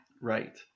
Right